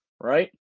right